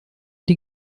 die